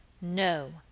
No